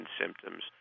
symptoms